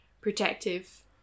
protective